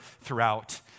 throughout